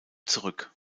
zurück